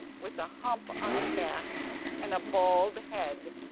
with a hump on her back and a bald head,